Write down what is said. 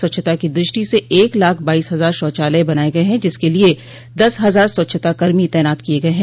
स्वच्छता की द्रष्टि से एक लाख बाईस हजार शौचालय बनाये गये हैं जिसके लिये दस हजार स्वच्छता कर्मी तैनात किये गये हैं